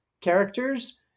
characters